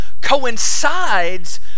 coincides